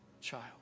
child